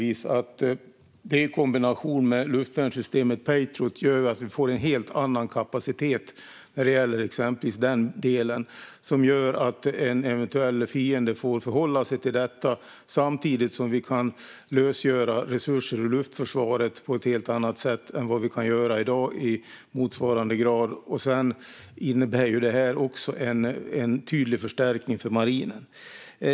I kombination med luftvärnssystemet Patriot innebär detta exempelvis att vi får en helt annan kapacitet som en eventuell fiende får förhålla sig till, samtidigt som vi i motsvarande grad kan lösgöra resurser ur luftförsvaret på ett helt annat sätt än i dag. Detta innebär också en tydlig förstärkning för marinen.